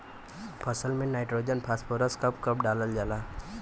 फसल में nitrogen phosphorus कब कब डालल जाला?